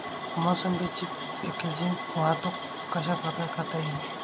मोसंबीची पॅकेजिंग वाहतूक कशाप्रकारे करता येईल?